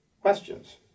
questions